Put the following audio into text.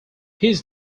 his